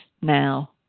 now